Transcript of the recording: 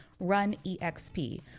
RUNEXP